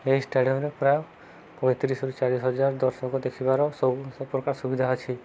ଏହି ଷ୍ଟାଡ଼ିୟମରେ ପ୍ରାୟ ପଇଁତିରିଶରୁ ଚାଳିଶ ହଜାର ଦର୍ଶକ ଦେଖିବାର ସବୁ ପ୍ରକାର ସୁବିଧା ଅଛି